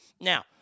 Now